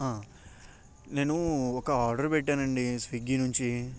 ఆ నేను ఒక ఆర్డర్ పెట్టానండి స్విగ్గీ నుంచి